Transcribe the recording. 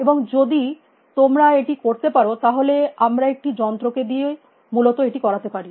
এবং যদি তোমরা এটি করতে পারো তাহলে আমরা একটি যন্ত্র কে দিয়েও মূলত এটি করাতে পারি